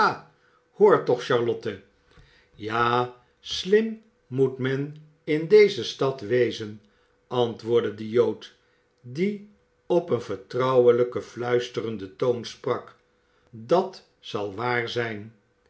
hoor toch charlotte ja slim moet men in deze stad wezen antwoordde de jood die op een vertrouwelijken fluisterenden toon sprak dat zal waar zijn